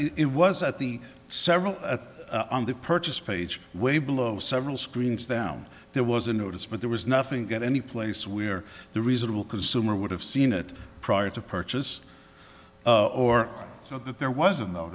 it was at the several on the purchase page way below several screens down there was a notice but there was nothing to get any place where the reasonable consumer would have seen it prior to purchase or not that there wasn't